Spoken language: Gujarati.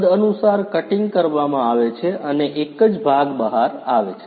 તદનુસાર કટીંગ કરવામાં આવે છે અને એક જ ભાગ બહાર આવે છે